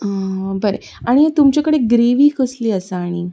आनी तुमचे कडे ग्रेवी कसली आसा आनीक